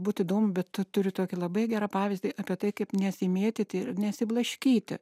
būtų įdomu bet turiu tokį labai gerą pavyzdį apie tai kaip nesimėtyti nesiblaškyti